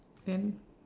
then